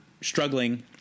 struggling